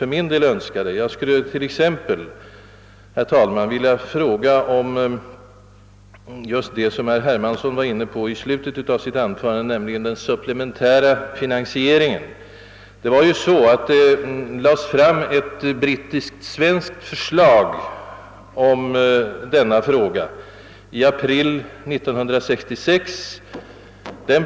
Låt mig här mot denna bakgrund ställa t.ex. denna fråga: Skulle statsrådet vilja ge bättre besked om det som herr Hermansson var inne på i slutet av sitt anförande, nämligen den supplementära finansieringen och därmed sammanhängande spörsmål? Det lades ju fram ett brittiskt-svenskt förslag i denna fråga i april 1966.